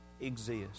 exist